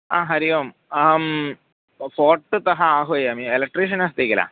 हा हरिः ओम् अहं फ़ोर्ट्तः आह्वयामि एलेक्ट्रिशियन् अस्ति किल